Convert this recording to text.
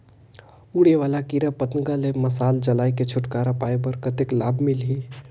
उड़े वाला कीरा पतंगा ले मशाल जलाय के छुटकारा पाय बर कतेक लाभ मिलही?